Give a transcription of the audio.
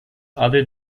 other